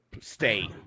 stay